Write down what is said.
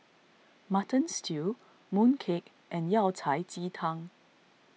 Mutton Stew Mooncake and Yao Cai Ji Tang